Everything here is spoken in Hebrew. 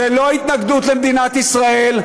זו לא התנגדות למדינת ישראל.